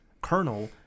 kernel